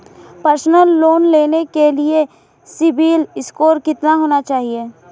Personal loan लेने के लिए सिबिल स्कोर कितना होना चाहिए?